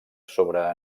sobre